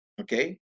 okay